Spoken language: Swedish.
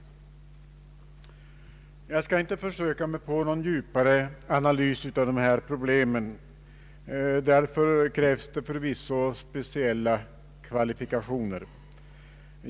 Jag skall inte försöka mig på någon djupare analys av problematiken — därför krävs det förvisso speciella kvalifikationer.